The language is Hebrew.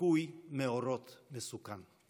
ליקוי מאורות מסוכן.